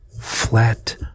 flat